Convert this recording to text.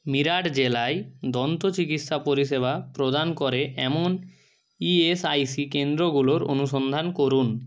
মিরাট জেলায় দন্ত চিকিৎসা পরিষেবা প্রদান করে এমন ই এস আই সি কেন্দ্রগুলোর অনুসন্ধান করুন